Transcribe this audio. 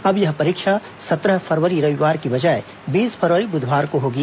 अब यह परीक्षा सत्रह फरवरी रविवार के बजाए बीस फरवरी बुधवार को होगी